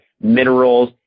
minerals